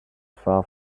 far